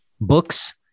books